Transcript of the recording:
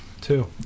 Two